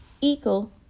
equal